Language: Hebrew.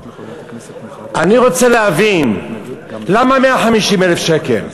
אני רוצה להבין, למה 150,000 שקל?